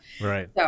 Right